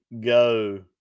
go